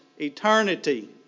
eternity